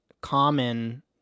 common